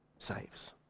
saves